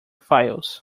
files